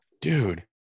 Dude